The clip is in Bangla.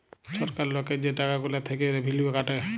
ছরকার লকের যে টাকা গুলা থ্যাইকে রেভিলিউ কাটে